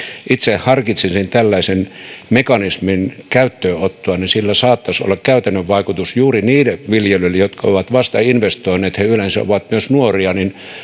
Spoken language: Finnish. itse harkitsisin tällaisen mekanismin käyttöönottoa sillä saattaisi olla käytännön vaikutus juuri niille viljelijöille jotka ovat vasta investoineet he yleensä ovat myös nuoria